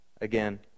again